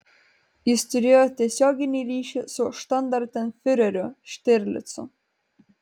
jis turėjo tiesioginį ryšį su štandartenfiureriu štirlicu